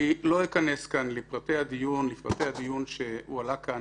אני לא אכנס כאן לפרטי הדיון שהועלה כאן